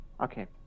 okay